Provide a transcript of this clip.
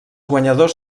guanyadors